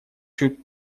чуть